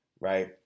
right